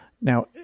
Now